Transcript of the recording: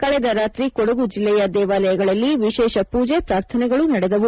ಕಳೆದ ರಾತ್ರಿ ಕೊಡಗು ಜಿಲ್ಲೆಯ ದೇವಾಲಯಗಳಲ್ಲಿ ವಿಶೇಷ ಪೂಜೆ ಪ್ರಾರ್ಥನೆಗಳು ನಡೆದವು